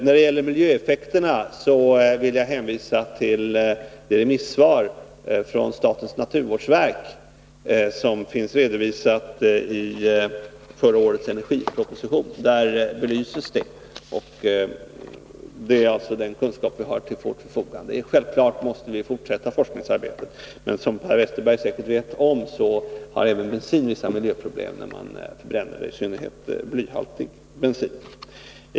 När det gäller miljöeffekterna vill jag hänvisa till det remissvar från naturvårdsverket som finns redovisat i förra årets energiproposition. Där belyses detta. Det är den kunskap vi har till vårt förfogande. Självfallet måste vi fortsätta forskningsarbetet, men som Per Westerberg säkert vet medför även förbränning av bensin vissa miljöproblem.